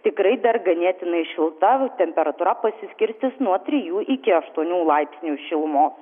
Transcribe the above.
tikrai dar ganėtinai šilta temperatūra pasiskirstys nuo trijų iki aštuonių laipsnių šilumos